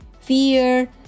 fear